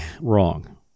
wrong